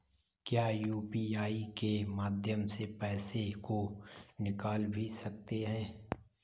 क्या यू.पी.आई के माध्यम से पैसे को निकाल भी सकते हैं?